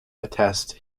attest